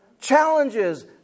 Challenges